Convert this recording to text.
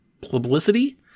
publicity